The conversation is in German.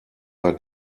war